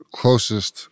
closest